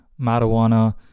marijuana